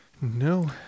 No